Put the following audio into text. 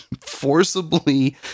forcibly